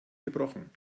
gebrochen